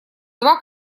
два